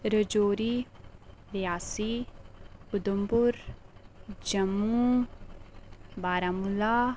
Rajouri Reasi Udhampur Jammu Baramulla